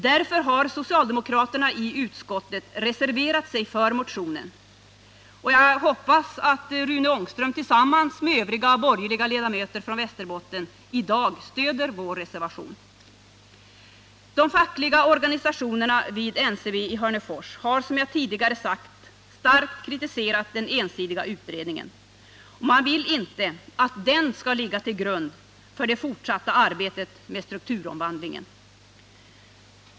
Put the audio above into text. Därför har socialdemokraterna i utskottet reserverat sig för motionen. Jag hoppas att Rune Ångström tillsammans med övriga borgerliga ledamöter från Västerbotten i dag stöder vår reservation. De fackliga organisationerna vid NCB i Hörnefors har, som jag tidigare sagt, starkt kritiserat den ensidiga utredningen. Man vill inte att den skall ligga till grund för det fortsatta arbetet med strukturomvandlingen.